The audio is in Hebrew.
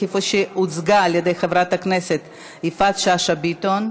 כפי שהוצגה על ידי חברת הכנסת יפעת שאשא ביטון.